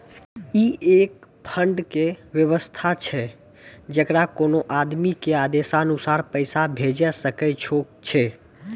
ई एक फंड के वयवस्था छै जैकरा कोनो आदमी के आदेशानुसार पैसा भेजै सकै छौ छै?